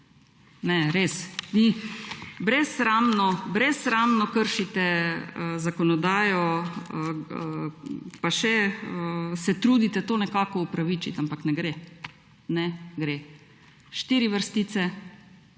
Brezsramno, brezsramno kršite zakonodajo, pa še se trudite to nekako opravičiti, ampak ne gre. Ne gre. Štiri vrstice.